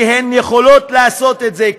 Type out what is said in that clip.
כי הן יכולות לעשות את זה.